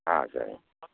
ஆ சரிங்க